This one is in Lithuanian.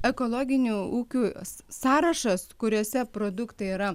ekologinių ūkių sąrašas kuriose produktai yra